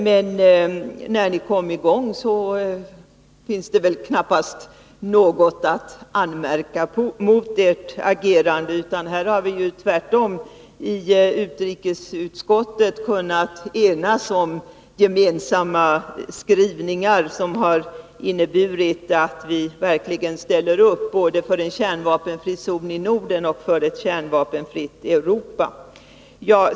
Men sedan ni kommit i gång finns det väl knappast någonting att anmärka på ert agerande. Här har vi tvärtom i utrikesutskottet kunnat enas om gemensamma skrivningar, som har inneburit att vi verkligen ställer upp både för en kärnvapenfri zon i Norden och för ett kärnvapenfritt Europa.